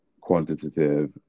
quantitative